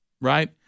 right